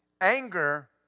anger